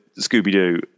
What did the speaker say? Scooby-Doo